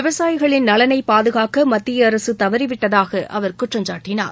விவசாயிகளின் நலனை பாதுகாக்க மத்திய அரசு தவறிவிட்டதாக அவர் குற்றம்சாட்டினார்